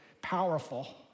powerful